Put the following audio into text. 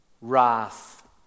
wrath